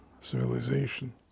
civilization